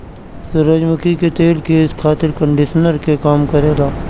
सूरजमुखी के तेल केस खातिर कंडिशनर के काम करेला